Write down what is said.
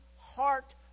heart